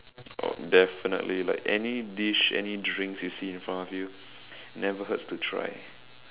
oh definitely like any dish any drinks you see in front of you never hurts to try